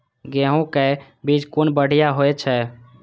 गैहू कै बीज कुन बढ़िया होय छै?